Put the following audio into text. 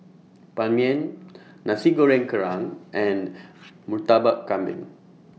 Ban Mian Nasi Goreng Kerang and Murtabak Kambing